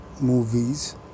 movies